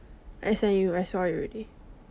I send you I saw it already